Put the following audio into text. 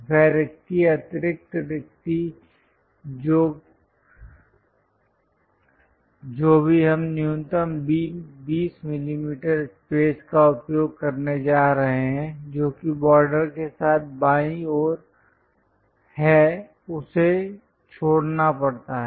वह रिक्ति अतिरिक्त रिक्ति जो भी हम न्यूनतम 20 मिमी स्पेस का उपयोग करने जा रहे हैं जो कि बॉर्डर के साथ बाईं ओर है उसे छोड़ना पड़ता है